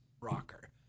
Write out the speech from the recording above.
rocker